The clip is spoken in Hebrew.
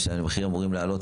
שהמחירים שלהן אמורים לעלות,